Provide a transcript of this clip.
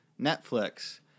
Netflix